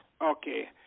Okay